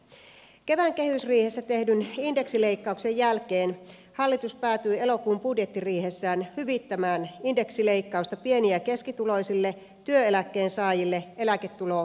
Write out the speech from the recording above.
kevään kehysriihessä tehdyn indeksileikkauksen jälkeen hallitus päätyi elokuun budjettiriihessään hyvittämään indeksileikkausta pieni ja keskituloisille työeläkkeen saajille eläketulovähennyksellä